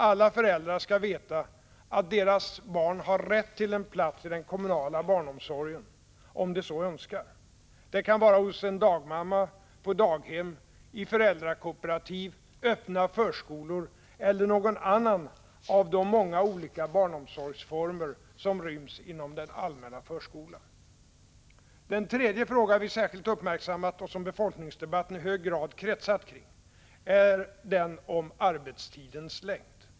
Alla föräldrar skall veta att deras barn har rätt till en plats i den kommunala barnomsorgen, om de så önskar. Det kan vara hos en dagmamma, på daghem, i föräldrakooperativ, öppna förskolor eller någon annan av de många olika barnomsorgsformer som ryms inom den allmänna förskolan. Den tredje fråga vi särskilt uppmärksammat — och som befolkningsdebatten i hög grad kretsat kring — är den om arbetstidens längd.